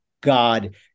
God